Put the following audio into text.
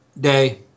day